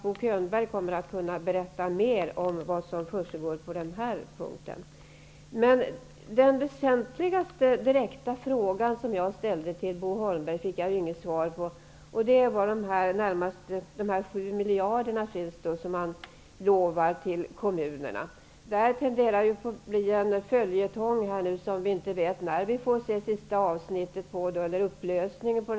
Bo Könberg kan säkerligen berätta mer om det som försiggår på den här punkten. Men min väsentliga fråga som jag ställde direkt till Bo Holmberg fick jag inget svar på. Den gällde varifrån de ca 7 miljarder som kommunerna lovas skall tas. Det här tenderar att bli en följetong, vars drama vi inte vet när vi får se upplösningen på.